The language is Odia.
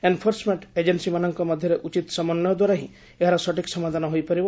ଏନ୍ଫୋର୍ସମେଣ୍ଟ ଏଜେନ୍ସିମାନଙ୍କ ମଧ୍ୟରେ ଉଚିତ ସମନ୍ୟଦ୍ୱାରା ହିଁ ଏହାର ସଠିକ୍ ସମାଧାନ ହୋଇପାରିବ